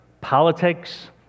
politics